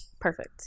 Perfect